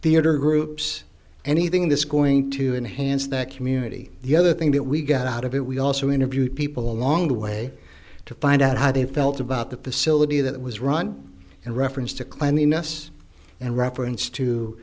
theater group anything that's going to enhance that community the other thing that we got out of it we also interviewed people along the way to find out how they felt about the facility that was run and reference to cleanliness and reference to